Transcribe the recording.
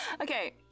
Okay